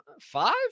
five